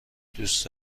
دوست